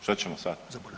Šta ćemo sad?